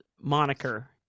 moniker